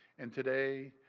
and today,